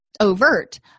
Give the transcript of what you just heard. overt